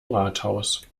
rathaus